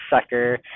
sucker